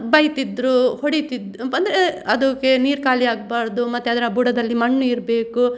ನ ಬೈತಿದ್ದರು ಹೊಡಿತಿದ ಬಂದರೆ ಅದಕ್ಕೆ ನೀರರು ಖಾಲಿ ಆಗಬಾರ್ದು ಮತ್ತೆ ಅದರ ಬುಡದಲ್ಲಿ ಮಣ್ಣು ಇರಬೇಕು